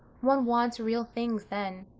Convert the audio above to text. one wants real things then.